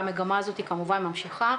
והמגמה הזאת כמובן ממשיכה.